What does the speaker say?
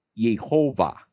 Yehovah